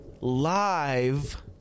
live